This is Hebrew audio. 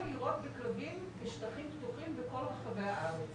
לירות בכלבים בשטחים פתוחים בכל רחבי הארץ